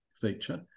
feature